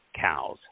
cows